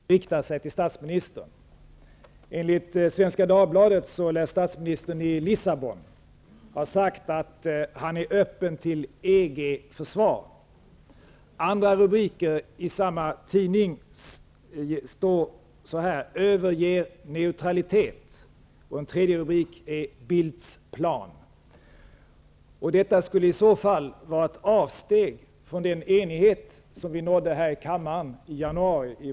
Fru talman! Min fråga riktar sig till statsministern. Enligt Svenska Dagbladet lär statsministern i Lissabon ha sagt att han är öppen för EG-försvar. En annan rubrik i samma tidning lyder: Överge neutraliteten. Och en tredje rubrik lyder: Bildts plan. Om detta stämmer skulle det vara ett avsteg från den enighet som vi nådde i vår debatt här i kammaren i januari.